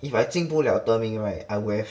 if I 进不了德明 right I would have